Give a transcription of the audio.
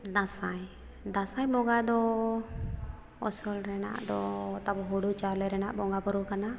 ᱫᱟᱸᱥᱟᱭ ᱫᱟᱸᱥᱟᱭ ᱵᱚᱸᱜᱟ ᱫᱚ ᱟᱥᱚᱞ ᱨᱮᱱᱟᱜ ᱫᱚ ᱛᱟᱵᱚ ᱦᱩᱲᱩ ᱪᱟᱣᱞᱮ ᱨᱮᱱᱟᱜ ᱵᱚᱸᱜᱟ ᱵᱩᱨᱩ ᱠᱟᱱᱟ